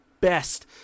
best